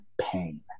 pain